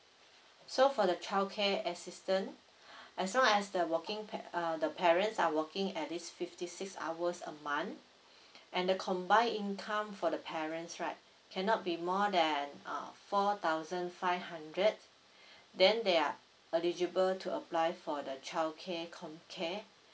so for the childcare assistance as long as the working uh the parents are working at least fifty six hours a month and the combined income for the parents right cannot be more than uh four thousand five hundred then they are eligible to apply for the childcare comm care